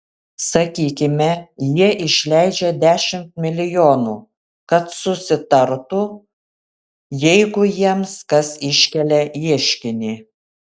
sakykime jie išleidžia dešimt milijonų kad susitartų jeigu jiems kas iškelia ieškinį